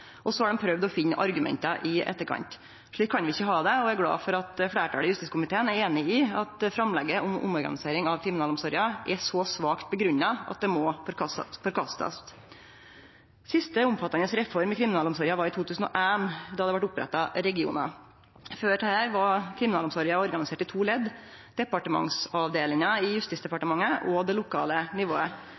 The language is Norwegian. og så har dei prøvd å finne argumenta i etterkant. Slik kan vi ikkje ha det, og eg er glad for at fleirtalet i justiskomiteen er einig i at framlegget om omorganisering av kriminalomsorga er så svakt grunngjeve at det må forkastast. Siste omfattande reform i kriminalomsorga var i 2001, da det vart oppretta regionar. Før dette var kriminalomsorga organisert i to ledd: departementsavdelinga i Justisdepartementet og det lokale nivået.